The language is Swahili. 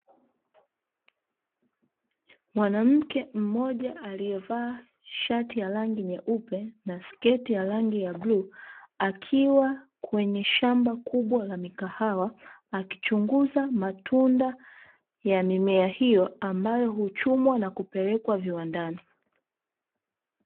Mwanamke mmoja aliyevaa shati ya rangi nyeupe na sketi ya rangi ya bluu, akiwa kwenye shamba kubwa la mikahawa, akichunguza matunda ya mimea hiyo ambayo huchumwa na kupelekwa viwandani.